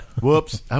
Whoops